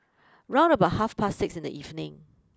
round about half past six in the evening